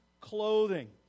clothing